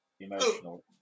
emotional